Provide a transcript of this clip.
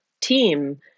team